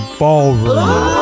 ballroom